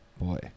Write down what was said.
boy